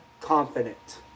confident